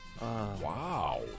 Wow